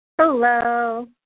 hello